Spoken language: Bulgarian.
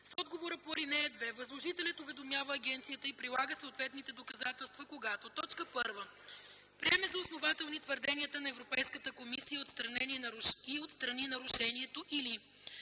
С отговора по ал. 2 възложителят уведомява агенцията и прилага съответните доказателства, когато: 1. приеме за основателни твърденията на Европейската комисия и отстрани нарушението, или 2.